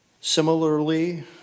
Similarly